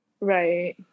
Right